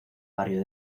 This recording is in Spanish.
barrio